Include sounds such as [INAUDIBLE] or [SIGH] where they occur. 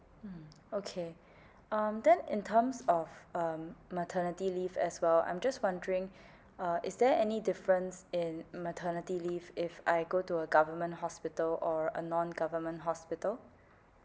mm okay um then in terms of um maternity leave as well I'm just wondering [BREATH] uh is there any difference in maternity leave if I go to a government hospital or a non government hospital